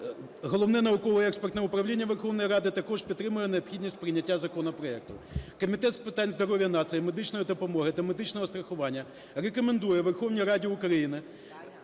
Головне науково-експертне управління Верховної Ради також підтримує необхідність прийняття законопроекту. Комітет з питань здоров'я нації, медичної допомоги та медичного страхування рекомендує Верховній Раді України